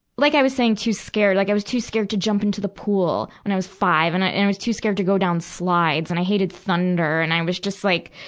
like i was saying too scared. like i was too scared to jump into the pool when i was five, five, and i and was too scared to go down slides. and i hated thunder. and i was just, like,